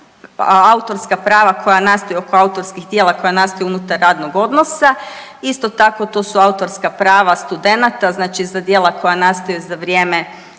autorska prava koja nastaju oko autorskih djela koja nastaju unutar radnog odnosa. Isto tako to su autorska prava studenata znači za djela koja nastaju za vrijeme